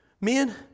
Men